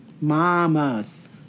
mamas